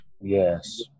Yes